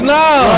now